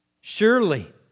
Surely